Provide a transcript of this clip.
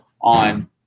on